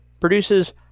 produces